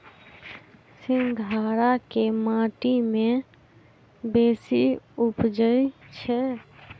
सिंघाड़ा केँ माटि मे बेसी उबजई छै?